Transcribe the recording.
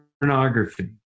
pornography